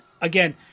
again